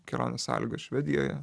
kelionės sąlygos švedijoje